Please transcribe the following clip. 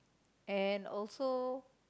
and also